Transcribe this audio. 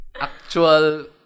actual